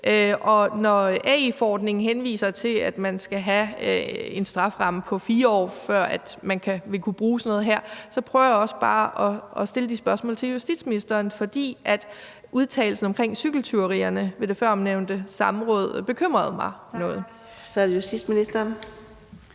Og når AI-forordningen henviser til, at man skal have en strafferamme på 4 år, før man vil kunne bruge sådan noget her, prøver jeg også bare at stille de spørgsmål til justitsministeren, fordi udtalelsen om cykeltyverierne ved det førnævnte samråd bekymrede mig noget. Kl. 13:44 Fjerde